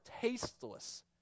tasteless